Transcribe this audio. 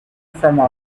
from